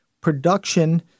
production